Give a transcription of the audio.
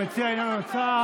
המציע אינו נמצא.